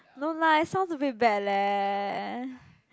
no lah it sounds a bit bad leh